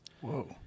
Whoa